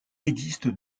existe